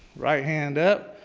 right hand up,